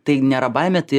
tai nėra baimė tai